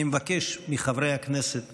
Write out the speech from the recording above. אני מבקש מחברי הכנסת